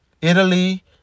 Italy